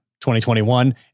2021